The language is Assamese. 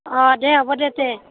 অঁ দে হ'ব দে তেই